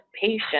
patient